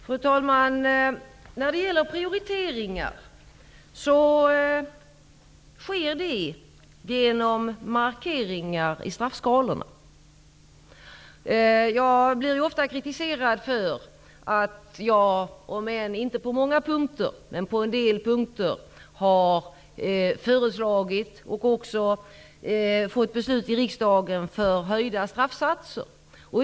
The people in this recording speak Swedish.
Fru talman! Prioriteringar sker genom markeringar i straffskalorna. Jag blir ofta kritiserad för att jag -- om än inte på många punkter -- har föreslagit höjda straffsatser, vilket även riksdagen beslutat om.